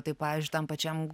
tai pavyzdžiui tam pačiam